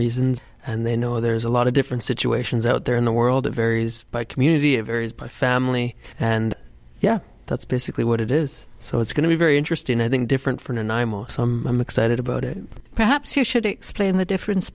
reasons and they know there's a lot of different situations out there in the world it varies by community it varies by family and yeah that's basically what it is so it's going to be very interesting i think different from and i'm awesome i'm excited about it perhaps you should explain the difference